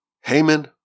Haman